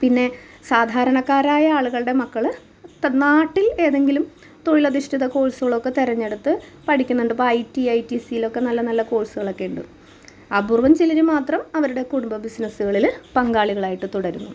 പിന്നെ സാധാരണക്കാരായ ആളുകളുടെ മക്കള് നാട്ടിൽ ഏതെങ്കിലും തൊഴിലധിഷ്ഠിത കോഴ്സുകളൊക്കെ തെരഞ്ഞെടുത്ത് പഠിക്കുന്നുണ്ട് ഇപ്പോൾ ഐ റ്റി ഐ റ്റീസീലൊക്കെ നല്ല നല്ല കോഴ്സുകളൊക്കെയുണ്ട് അപൂർവം ചിലര് മാത്രം അവരുടെ കുടുംബ ബിസിനസ്സുകളിൽ പങ്കാളികളായിട്ട് തുടരുന്നു